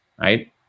right